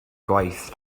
gwaith